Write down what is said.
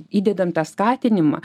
įdedam tą skatinimą